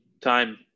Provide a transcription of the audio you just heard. time